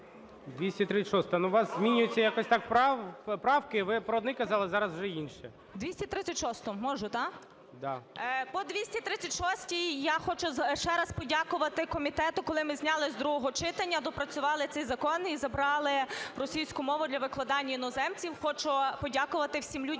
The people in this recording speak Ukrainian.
Ну, у вас змінюються якось так правки. Ви про одні казали, зараз вже інші. 13:38:09 ПІПА Н.Р. 236-у можу, так? По 236-й я хочу ще раз подякувати комітету. Коли ми зняли з другого читання, доопрацювали цей закон і забрали російську мову для викладання іноземцям. Хочу подякувати всім людям